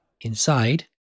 Inside